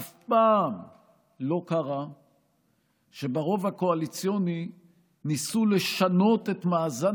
אף פעם לא קרה שברוב הקואליציוני ניסו לשנות את מאזן